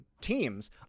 teams